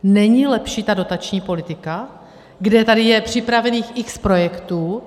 Není lepší ta dotační politika, kde tady je připravených x projektů?